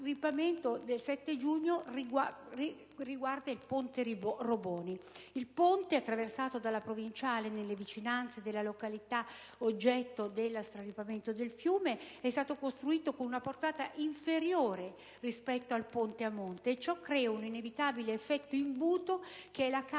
straripamento del 7 giugno, è costituito dal ponte Roboni. Il ponte, attraversato dalla provinciale nelle vicinanze delle località oggetto dello straripamento del fiume, è stato costruito con una portata inferiore rispetto a quello situato a monte. Ciò crea un inevitabile effetto imbuto che è causa